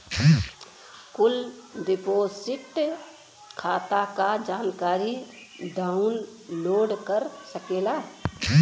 कुल डिपोसिट खाता क जानकारी डाउनलोड कर सकेला